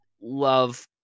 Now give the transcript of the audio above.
love